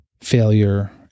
failure